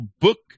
Book